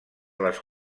les